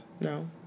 No